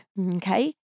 Okay